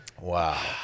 Wow